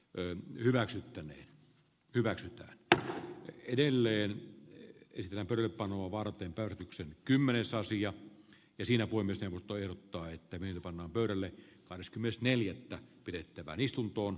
eu hyväksyttäneen hyväksytty tarha on edelleen esitetään toripanoa varten pyörityksen kymmenes sasi ja ne siinä uimisen voi toimittaa että niin pannaan pöydälle kahdeskymmenes neljättä pidettävään istuntoon